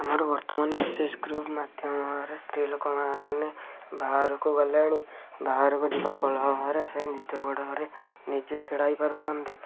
ଆମର ବର୍ତ୍ତମାନେ S S group ମାଧ୍ୟମରେ ସ୍ତ୍ରୀଲୋକ ମାନେ ବାହାରକୁ ଗଲେଣି ବାହାରକୁ ଯିବା ଫଳରେ ସେ ନିଜ ଗୋଡ଼ରେ ନିଜେ ଛିଡ଼ା ହେଇପାରୁଛନ୍ତି